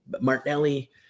martinelli